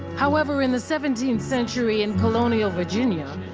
however, in the seventeenth century in colonial virginia,